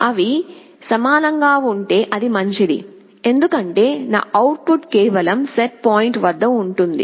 అవి సమానంగా ఉంటే అది మంచిది ఎందుకంటే నా అవుట్ పుట్ కేవలం సెట్ పాయింట్ వద్ద ఉంటుంది